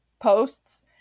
posts